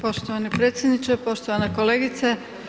Poštovani predsjedniče, poštovana kolegice.